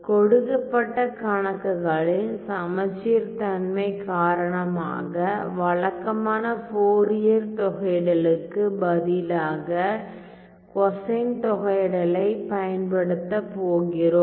கொடுக்கப்பட்ட கணக்குகளின் சமச்சீர் தன்மை காரணமாக வழக்கமான ஃபோரியர் தொகையிடலுக்கு பதிலாக கொசைன் தொகையிடலைப் பயன்படுத்தப் போகிறோம்